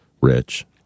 rich